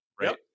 right